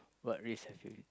what risk have you